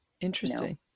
Interesting